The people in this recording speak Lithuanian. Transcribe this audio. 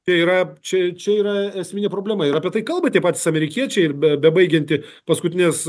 tai yra čia čia yra esminė problema ir apie tai kalba tie patys amerikiečiai ir be bebaigianti paskutines